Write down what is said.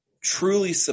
truly